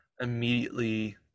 immediately